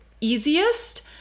easiest